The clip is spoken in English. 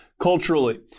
culturally